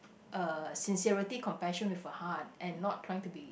uh sincerity compassion with a heart and not trying to be